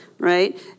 Right